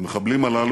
המחבלים הללו,